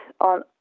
on